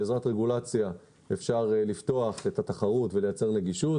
בעזרת רגולציה אפשר לפתוח את התחרות ולייצר נגישות.